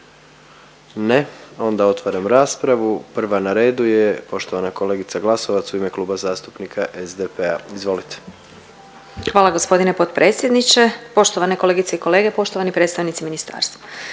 Ne, onda otvaram raspravu. Prva na redu je poštovana kolegica Glasovac u ime Kluba zastupnika SDP-a. Izvolite. **Glasovac, Sabina (SDP)** Hvala gospodine potpredsjedniče. Poštovane kolegice i kolege, poštovani predstavnici ministarstva,